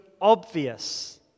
obvious